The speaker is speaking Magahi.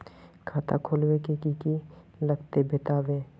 खाता खोलवे के की की लगते बतावे?